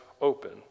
open